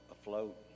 afloat